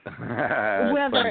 Weather